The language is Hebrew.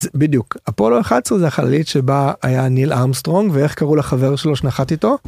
בדיוק אפולו 11 זו החללית שבה היה ניל אמסטרונג ואיך קראו לחבר שלו שנחת איתו.